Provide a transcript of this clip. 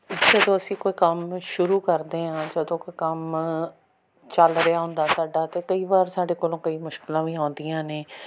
ਜਦੋਂ ਅਸੀਂ ਕੋਈ ਕੰਮ ਸ਼ੁਰੂ ਕਰਦੇ ਹਾਂ ਜਦੋਂ ਕੋਈ ਕੰਮ ਚੱਲ ਰਿਹਾ ਹੁੰਦਾ ਸਾਡਾ ਤਾਂ ਕਈ ਵਾਰ ਸਾਡੇ ਕੋਲੋਂ ਕਈ ਮੁਸ਼ਕਲਾਂ ਵੀ ਆਉਂਦੀਆਂ ਨੇ